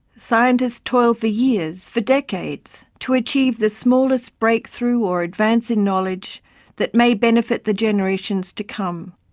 scientists toil for years, for decades, to achieve the smallest breakthrough or advance in knowledge that may benefit the generations to come.